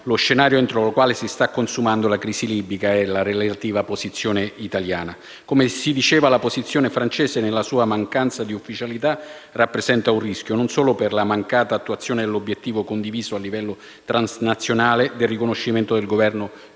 lo scenario entro il quale si sta consumando la crisi libica e la relativa posizione italiana. Come si diceva, la posizione francese, nella sua mancanza di ufficialità, rappresenta un rischio, non solo per la mancata attuazione dell'obiettivo condiviso al livello transnazionale del riconoscimento del Governo